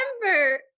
remember